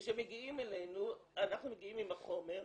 וכשאנחנו מגיעים עם החומר,